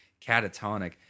catatonic